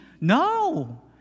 No